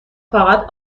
فقط